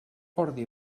ordi